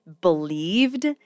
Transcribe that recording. believed